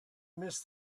miss